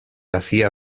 hacía